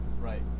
Right